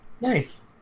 nice